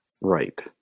Right